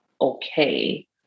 okay